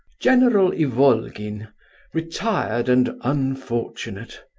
general ivolgin retired and unfortunate.